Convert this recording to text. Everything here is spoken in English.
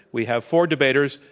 we have four debaters,